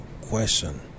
question